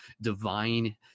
divine